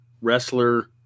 wrestler